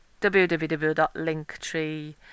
www.linktree